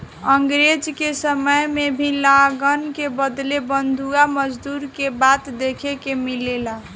अंग्रेज के समय में भी लगान के बदले बंधुआ मजदूरी के बात देखे के मिलेला